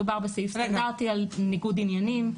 מדובר בסעיף סטנדרטי על ניגוד עניינים.